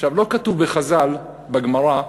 לא כתוב בחז"ל, בגמרא,